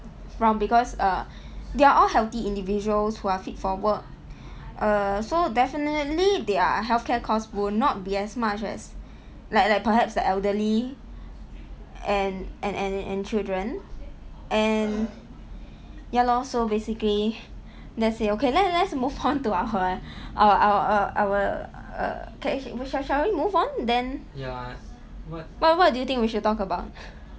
from because err they are all healthy individuals who are fit for work err so definitely their healthcare costs will not be as much as like like perhaps the elderly and and and and children and ya lor so basically let's say okay let's let's move on to our uh our our err okay we shall shall we move on then what what do you think we should talk about